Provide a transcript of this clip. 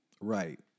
Right